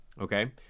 Okay